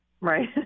Right